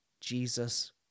Jesus